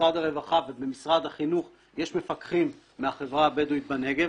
שבמשרד הרווחה ובמשרד החינוך יש מפקחים מהחברה הבדואית בנגב.